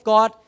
God